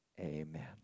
Amen